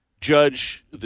judge